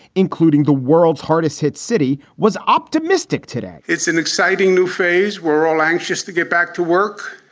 including the world's hardest hit city, was optimistic today it's an exciting new phase. we're all anxious to get back to work.